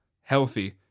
healthy